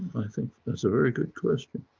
i think that's a very good question.